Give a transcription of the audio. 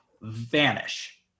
vanish